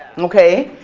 okay,